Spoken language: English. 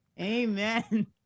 Amen